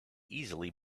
easily